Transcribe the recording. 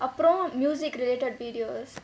அப்புறம்:appuram music related videos